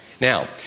Now